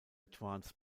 advanced